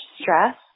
stress